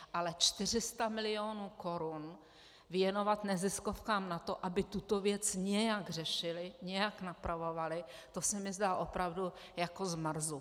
Ale 400 milionů korun věnovat neziskovkám na to, aby tuto věc nějak řešily, nějak napravovaly, to se mi zdá opravdu jako z Marsu.